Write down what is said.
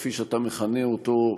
כפי שאתה מכנה אותו,